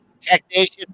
Technician